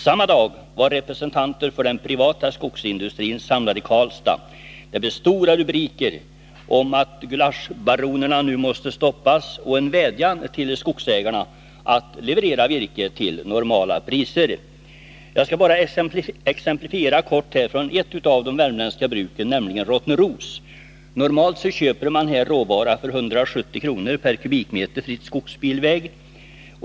Samma dag var representanter för den privata skogsindustrin samlade i Karlstad. Det blev stora rubriker om att gulaschbaronerna nu måste stoppas och en vädjan till skogsägarna att leverera virke till normala priser. Jag skall bara kort exemplifiera från ett av de värmländska bruken, nämligen Rottneros. Normalt köper man råvara för 170 kr. per kubikmeter fritt skogsbilväg.